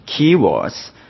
keywords